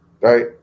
Right